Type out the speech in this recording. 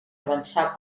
avançar